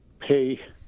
pay